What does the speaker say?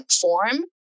form